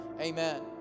Amen